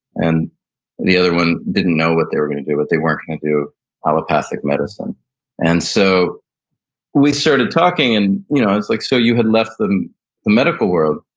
and the other one didn't know what they were going to do, but they weren't going to do ah ah medicine and so we started talking and you know i was like, so you had left the the medical world.